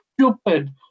stupid